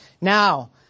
Now